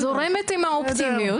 זורמת עם האופטימיות.